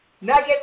Nugget